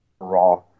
raw